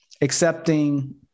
accepting